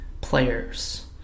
players